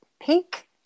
pink